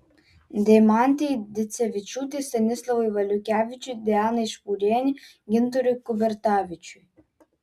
deimantei dicevičiūtei stanislavui valiukevičiui dianai špūrienei gintarui kubertavičiui